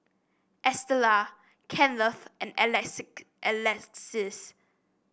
Estella Kenneth and Alexis